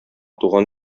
туган